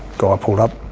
guy ah pulled up,